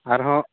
ᱟᱨᱦᱚᱸ